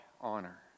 honor